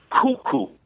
cuckoo